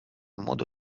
modo